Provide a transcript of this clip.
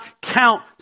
count